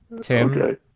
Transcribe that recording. Tim